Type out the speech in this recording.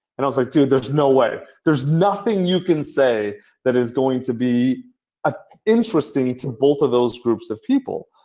and i was like, there's no way. there's nothing you can say that is going to be ah interesting to both of those groups of people.